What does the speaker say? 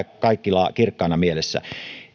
kaikilla kirkkaana mielessä